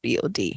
BOD